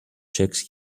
checks